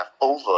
over